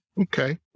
okay